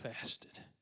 fasted